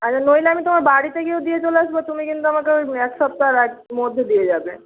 আর নইলে আমি তোমার বাড়িতেও গিয়ে দিয়ে চলে আসবো তুমি কিন্তু আমাকে ওই এক সপ্তাহের মধ্যে দিয়ে যাবে